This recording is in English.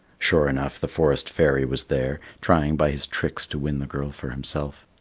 sure enough, the forest fairy was there, trying by his tricks to win the girl for himself.